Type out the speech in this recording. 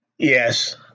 Yes